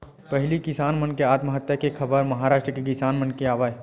पहिली किसान मन के आत्महत्या के खबर महारास्ट के किसान मन के आवय